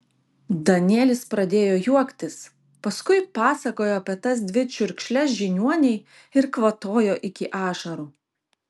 danielis pradėjo juoktis paskui pasakojo apie tas dvi čiurkšles žiniuonei ir kvatojo iki ašarų